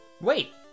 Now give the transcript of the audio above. Wait